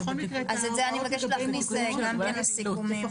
את זה אני מבקשת להכניס גם כן לסיכומים.